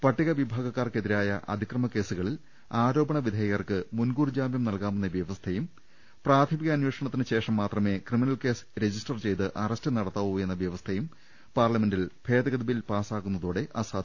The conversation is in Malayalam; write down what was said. പട്ടികവിഭാഗക്കാർക്കെതി രായ അതിക്രമ കേസുകളിൽ ആരോപണവിധേയർക്ക് മുൻകൂർ ജാമ്യം നൽകാമെന്ന വൃവസ്ഥയും പ്രാഥമിക അന്വേഷണത്തിന് ശേഷം മാത്രമേ ക്രിമിനൽ കേസ് രജിസ്റ്റർ ചെയ്ത് അറസ്റ്റ് നടത്താവൂ എന്ന വ്യവസ്ഥയും പാർലമെന്റിൽ ഭേദഗതി ബിൽ പാസ്സാകുന്നതോടെ അസാധുവാകും